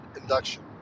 induction